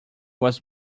was